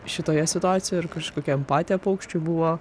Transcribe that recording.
šitoje situacijoje ir kažkokia empatija paukščių buvo